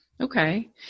Okay